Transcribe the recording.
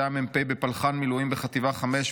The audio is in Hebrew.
שהיה מ"פ בפלח"הן מילואים בחטיבה 5,